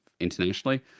internationally